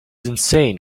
insane